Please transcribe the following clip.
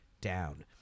down